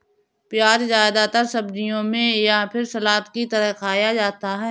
प्याज़ ज्यादातर सब्जियों में या फिर सलाद की तरह खाया जाता है